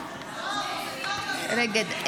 אחד-אחד.